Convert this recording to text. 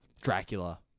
Dracula